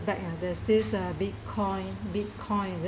back uh there's this bitcoin bitcoin is it